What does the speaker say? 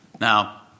Now